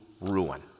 ruin